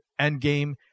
Endgame